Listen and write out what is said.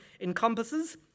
encompasses